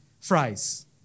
fries